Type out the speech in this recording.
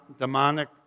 demonic